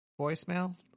voicemail